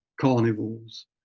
carnivals